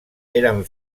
eren